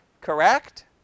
correct